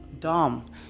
dumb